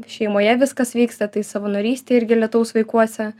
šeimoje viskas vyksta tai savanorystė irgi lietaus vaikuose